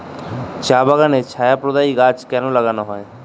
চা বাগানে ছায়া প্রদায়ী গাছ কেন লাগানো হয়?